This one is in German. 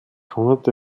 hunderte